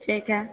ठीक छै